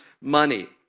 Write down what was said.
money